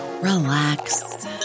relax